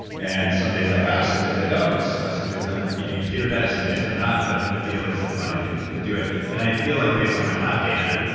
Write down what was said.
and some days, i fast. some days, i don't. some days, i'm eating keto diet. some days, i'm not, but the deal is the body can can do it, and i feel like base on my lab data